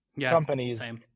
companies